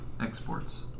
exports